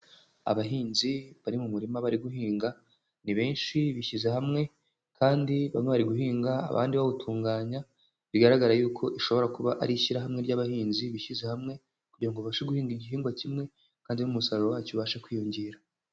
Abahinzi bari mu murima bari guhinga, ni benshi bishyize hamwe, kandi bamwe bari guhinga abandi bawutunganya, bigaragare y'uko ishobora kuba ari ishyirahamwe ry'abahinzi bishyize hamwe, kugira ngo babashe guhinga igihingwa kimwe kandi n'umusaruro wacyo ubashe kwiyongera.